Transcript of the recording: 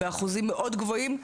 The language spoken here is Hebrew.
באחוזים מאוד גבוהים,